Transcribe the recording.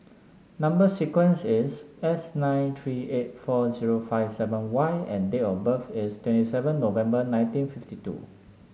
number sequence is S nine three eight four zero five seven Y and date of birth is twenty seven November nineteen fifty two